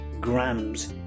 grams